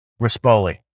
Rispoli